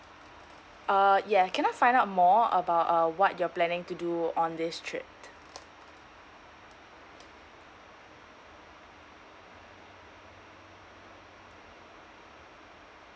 uh yeah can I find out more about uh what you're planning to do on this trip